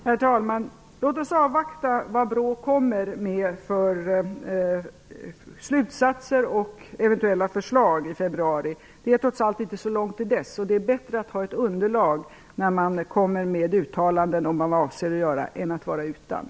Herr talman! Låt oss avvakta vad BRÅ kommer med för slutsatser och eventuella förslag i februari. Det är trots allt inte så långt till dess, och det är bättre att ha ett underlag när man gör uttalanden om vad man avser att göra än att inte ha ett sådant.